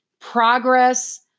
progress